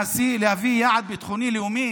להביא יעד ביטחוני לאומי?